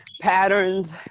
patterns